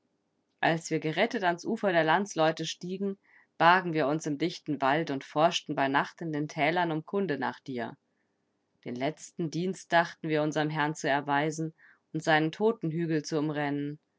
als wir gerettet ans ufer der landsleute stiegen bargen wir uns im dichten wald und forschten bei nacht in den tälern um kunde nach dir den letzten dienst dachten wir unserem herrn zu erweisen und seinen totenhügel zu umrennen